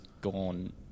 gone